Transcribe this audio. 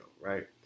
right